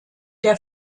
der